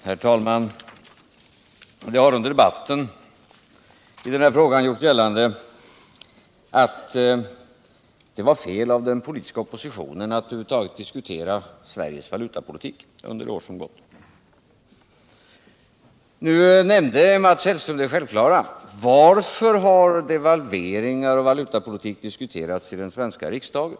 Herr talman! Det har under debatten i den här frågan gjorts gällande att det var fel av den politiska oppositionen att över huvud taget diskutera Sveriges valutapolitik under det år som gått. Nu nämnde Mats Hellström det självklara spörsmålet: Varför har devalveringar och valutapolitik diskuterats i den svenska riksdagen?